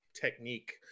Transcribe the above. technique